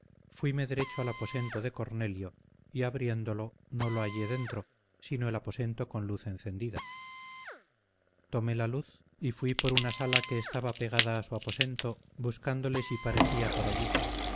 maestra fuime derecho al aposento de cornelio y abriéndolo no lo hallé dentro sino el aposento con luz encendida tomé la luz y fui por una sala que estaba pegada a su aposento buscándole si parecía por allí